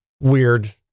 weird